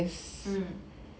mm